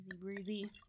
breezy